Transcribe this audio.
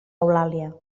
eulàlia